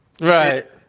right